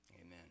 Amen